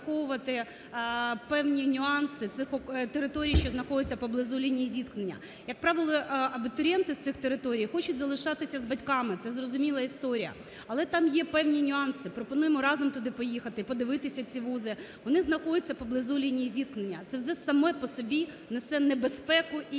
певні нюанси цих територій, що знаходяться поблизу лінії зіткнення. Як правило, абітурієнти з цих територій хочуть залишатись з батьками. Це зрозуміла історія. Але там є певні нюанси. Пропонуємо разом туди поїхати, подивитись ці вузи. Вони знаходяться поблизу лінії зіткнення. Це вже само по собі несе небезпеку і